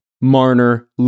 Marner